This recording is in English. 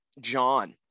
John